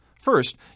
First